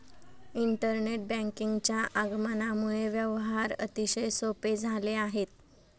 internet बँकिंगच्या आगमनामुळे व्यवहार अतिशय सोपे झाले आहेत